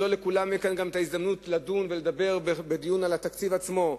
לא לכולם תהיה כאן גם ההזדמנות לדון ולדבר בדיון על התקציב עצמו,